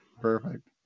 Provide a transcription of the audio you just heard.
Perfect